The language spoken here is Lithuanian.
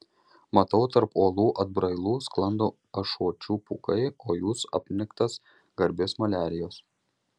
matau tarp uolų atbrailų sklando ašuočių pūkai o jūs apniktas garbės maliarijos